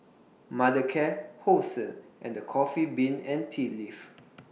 Mothercare Hosen and The Coffee Bean and Tea Leaf